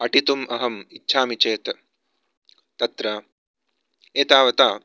अटितुम् अहम् इच्छामि चेत् तत्र एतावता